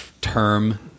term